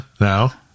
now